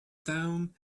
town